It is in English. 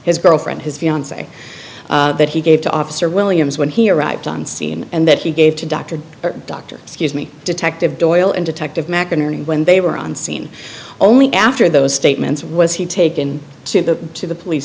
his girlfriend his fiance that he gave to officer williams when he arrived on scene and that he gave to dr doctor excuse me detective doyle and detective mcinerney when they were on scene only after those statements was he taken to the to the police